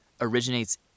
originates